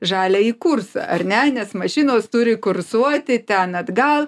žaliąjį kursą ar ne nes mašinos turi kursuoti ten atgal